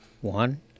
one